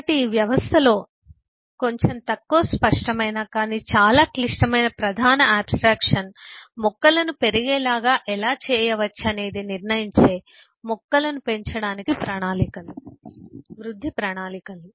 కాబట్టి ఈ వ్యవస్థలో కొంచెం తక్కువ స్పష్టమైన కానీ చాలా క్లిష్టమైన ప్రధాన ఆబ్స్ట్రాక్షన్ మొక్కలను పెరిగేలాగా ఎలా చేయవచ్చనేది నిర్ణయించే వృద్ధి ప్రణాళికలు